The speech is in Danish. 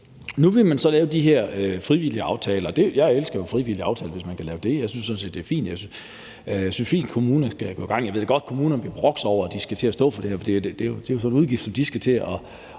Nu vil man så lave de her frivillige aftaler, og jeg elsker jo frivillige aftaler, hvis man kan lave dem, og jeg synes sådan set, at det er fint. Jeg ved godt, at kommunerne vil brokke sig over, de skal til at stå for det her,